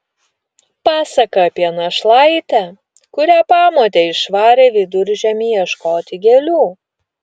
pasaka apie našlaitę kurią pamotė išvarė viduržiemį ieškoti gėlių